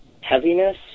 heaviness